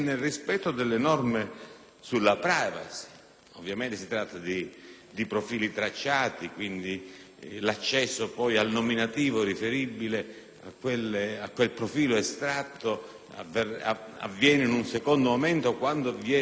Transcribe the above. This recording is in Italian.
Trattandosi di profili tracciati, l'accesso al nominativo riferibile a quel profilo estratto avverrebbe in un secondo momento, quando vi è sovrapponibilità dei risultati.